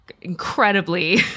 incredibly